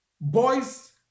Boys